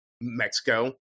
Mexico